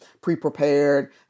pre-prepared